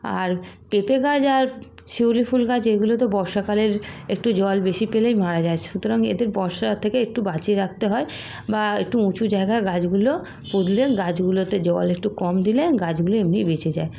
আর পেঁপে গাছ আর শিউলি ফুল গাছ এইগুলোতো বর্ষাকালের একটু জল বেশি পেলেই মারা যায় সুতরাং এদের বর্ষা থেকে একটু বাঁচিয়ে রাখতে হয় বা একটু উঁচু জায়গায় গাছগুলো পুঁতলে গাছগুলোতে জল একটু কম দিলে গাছগুলো এমনিই বেঁচে যায়